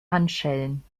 handschellen